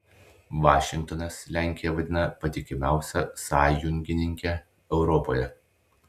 vašingtonas lenkiją vadina patikimiausia sąjungininke europoje